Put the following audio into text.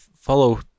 follow